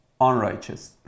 unrighteous